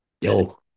Yo